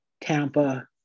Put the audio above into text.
Tampa